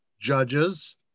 judges